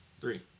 Three